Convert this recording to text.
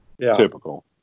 typical